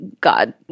God